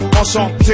enchanté